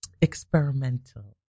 experimental